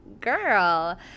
girl